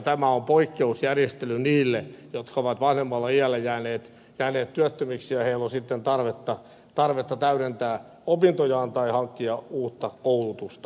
tämä on poikkeusjärjestely niille jotka ovat vanhemmalla iällä jääneet työttömiksi ja joilla on sitten tarvetta täydentää opintojaan tai hankkia uutta koulutusta